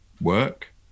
work